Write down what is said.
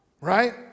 right